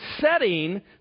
setting